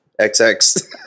XX